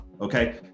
okay